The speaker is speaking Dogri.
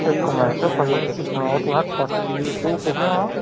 इक मैन्ट पैह्ले मिकी सनाओ तुसें थाप्पी तो कुत्थै जाना